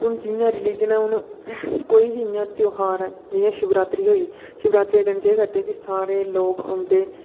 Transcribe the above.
हून जि'यां रिलिजन ऐ हून ओह् कोई बी इ'यां ध्यार ऐ जि'यां शिवरात्रि होई शिवरात्रि दे दिन केह् करदे कि सारे लोक औंदे